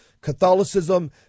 Catholicism